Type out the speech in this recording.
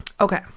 okay